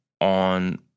on